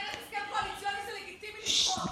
במסגרת הסכם קואליציוני זה לגיטימי לסחוט.